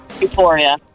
euphoria